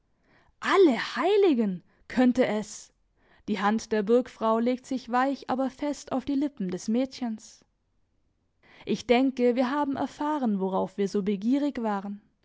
alle heiligen könnte es die hand der burgfrau legt sich weich aber fest auf die lippen des mädchens ich denke wir haben erfahren worauf wir so begierig waren